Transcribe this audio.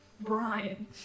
Brian